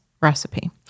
recipe